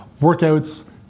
workouts